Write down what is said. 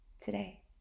today